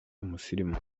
umusirimu